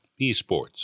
Esports